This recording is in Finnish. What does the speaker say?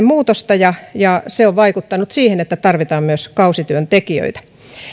muutosta ja ja se on vaikuttanut siihen että tarvitaan myös kausityöntekijöitä